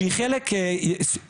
שהיא חלק מחייהם,